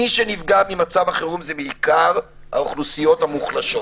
מי שנפגע ממצב החירום זה בעיקר האוכלוסיות המוחלשות.